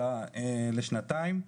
הייתי מציע לעשות את הוראת השעה לשנתיים.